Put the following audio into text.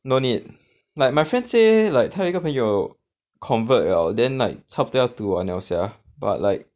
no need like my friend say like 他有一个朋友 convert 了 then like 差不多要读完了 sia but like